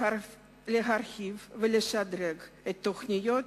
להרחיב ולשדרג תוכניות